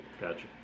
gotcha